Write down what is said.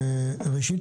ראשית,